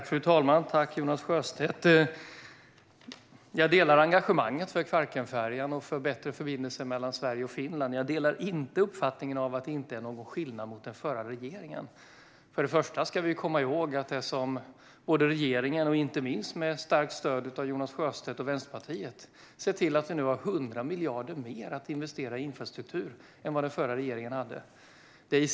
Fru talman! Jag delar engagemanget för Kvarkenfärjan och för bättre förbindelser mellan Sverige och Finland, men jag delar inte uppfattningen att det inte är någon skillnad mellan denna regering och den förra. För det första ska vi komma ihåg att regeringen, med starkt stöd av inte minst Jonas Sjöstedt och Vänsterpartiet, har sett till att vi nu har 100 miljarder mer att investera i infrastruktur än vad den förra regeringen hade.